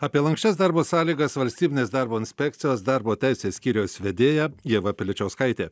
apie lanksčias darbo sąlygas valstybinės darbo inspekcijos darbo teisės skyriaus vedėja ieva piličiauskaitė